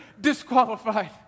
disqualified